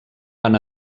van